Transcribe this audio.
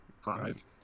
five